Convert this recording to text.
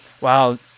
wow